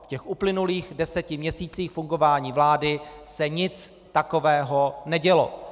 V těch uplynulých deseti měsících fungování vlády se nic takového nedělo.